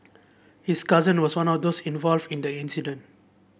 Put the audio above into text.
his cousin was one of those involved in the incident